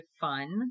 fun